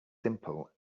simple